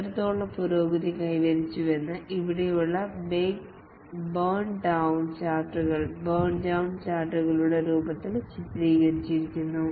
എത്രത്തോളം പുരോഗതി കൈവരിച്ചുവെന്ന് ഇവിടെയുള്ള ബേൺ ഡൌൺ ചാർട്ടുകളുടെ രൂപത്തിൽ ചിത്രീകരിച്ചിരിക്കുന്നു